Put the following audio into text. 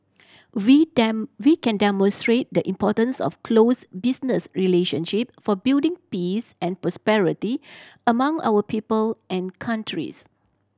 we we can demonstrate the importance of close business relationship for building peace and prosperity among our people and countries